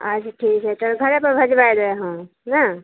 अच्छा ठीक हइ तब घरेपर हम भेजबाइ देबै हम ने